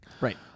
Right